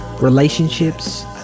Relationships